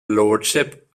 lordship